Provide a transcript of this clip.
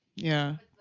yeah.